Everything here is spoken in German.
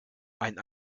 ein